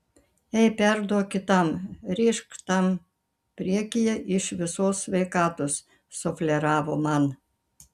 ei perduok kitam rėžk tam priekyje iš visos sveikatos sufleravo man